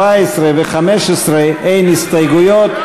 14 ו-15 אין הסתייגויות,